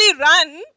run